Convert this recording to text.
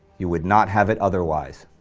you would not have it otherwise.